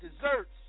desserts